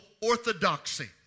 orthodoxy